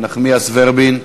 נחמיאס ורבין,